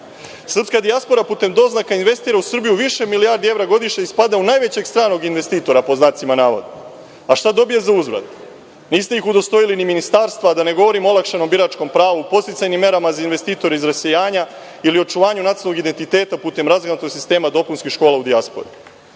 Srpska dijaspora putem doznaka investira u Srbiju više milijardi evra godišnje i spada u najvećeg stranog investitora pod znacima navoda. A šta dobija za uzvrat? Niste ih udostojili ni ministarstva, da ne govorim o olakšanom biračkom pravu, podsticajnim merama za investitore iz rasejanja ili očuvanju nacionalnog identiteta putem razgranatog sistema dopunskih škola u dijaspori. Kome